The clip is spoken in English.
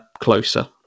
closer